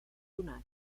donat